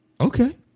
Okay